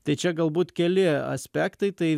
tai čia galbūt keli aspektai tai